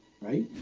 right